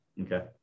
Okay